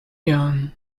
young